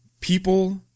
people